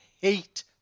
hate